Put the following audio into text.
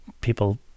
people